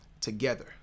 together